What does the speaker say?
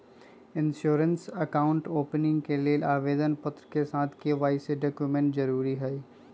insurance account opening के लेल आवेदन पत्र के साथ के.वाई.सी डॉक्यूमेंट जरुरी हइ